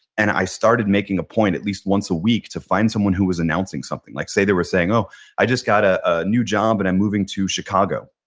and i started making a point at least once a week to find someone who was announcing something like say they were saying, i just got ah a new job and i'm moving to chicago.